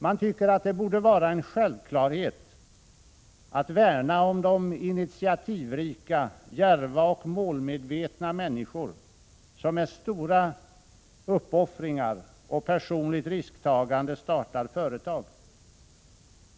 Man tycker att det borde vara en självklarhet att värna om de initiativrika, djärva och målmedvetna människor som med stora uppoffringar och personligt risktagande startar företag.